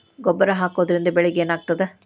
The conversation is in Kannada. ಗೊಬ್ಬರ ಹಾಕುವುದರಿಂದ ಬೆಳಿಗ ಏನಾಗ್ತದ?